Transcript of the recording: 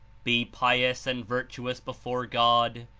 be pious and virtu ous before god.